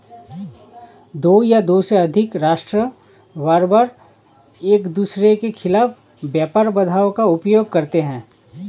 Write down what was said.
दो या दो से अधिक राष्ट्र बारबार एकदूसरे के खिलाफ व्यापार बाधाओं का उपयोग करते हैं